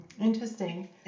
Interesting